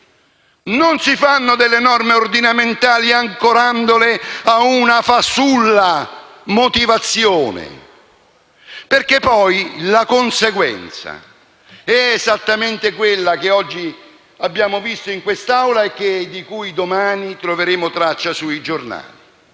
Non si varano delle norme ordinamentali ancorandole a una fasulla motivazione, perché poi la conseguenza è esattamente quella che oggi abbiamo visto in quest'Aula e di cui domani troveremo traccia sui giornali.